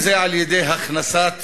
אם על-ידי הכנסת